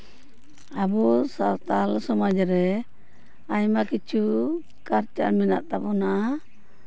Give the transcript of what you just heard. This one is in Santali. ᱟᱵᱚ ᱥᱟᱶᱛᱟᱞ ᱥᱚᱢᱟᱡᱽ ᱨᱮ ᱟᱭᱢᱟ ᱠᱤᱪᱷᱩ ᱠᱟᱞᱪᱟᱨ ᱢᱮᱱᱟᱜ ᱛᱟᱵᱚᱱᱟ